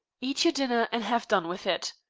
eat your dinner and have done with it.